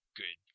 good